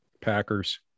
Packers